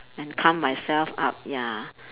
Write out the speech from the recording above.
and calm myself up ya